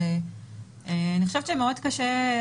אני חושבת שמאוד קשה,